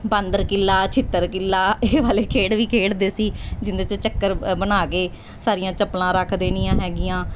ਬਾਂਦਰ ਕਿੱਲਾ ਛਿੱਤਰ ਕਿਲਾ ਇਹ ਵਾਲੇ ਖੇਡ ਵੀ ਖੇਡਦੇ ਸੀ ਜਿਹਦੇ 'ਚ ਚੱਕਰ ਬਣਾ ਕੇ ਸਾਰੀਆਂ ਚੱਪਲਾਂ ਰੱਖ ਦੇਣੀਆਂ ਹੈਗੀਆਂ